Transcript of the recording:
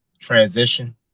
transition